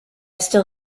still